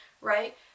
right